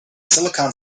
silicon